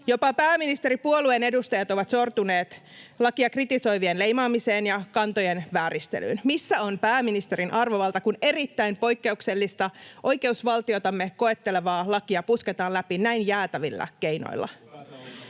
Jopa pääministeripuolueen edustajat ovat sortuneet lakia kritisoivien leimaamiseen ja kantojen vääristelyyn. Missä on pääministerin arvovalta, kun erittäin poikkeuksellista oikeusvaltiotamme koettelevaa lakia pusketaan läpi näin jäätävillä keinoilla?